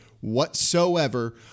whatsoever